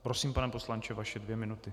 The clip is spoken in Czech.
Prosím, pane poslanče, vaše dvě minuty.